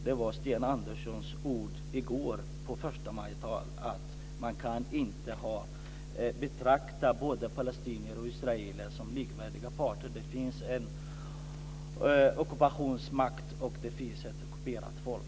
Det var Sten Anderssons ord i förstamajtalet i går att man inte kan betrakta israeler och palestinier som likvärdiga parter, att det finns en ockupationsmakt och ett ockuperat folk.